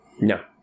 No